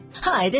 Hi